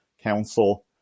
council